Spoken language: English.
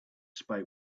spoke